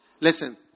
Listen